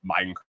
Minecraft